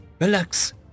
Relax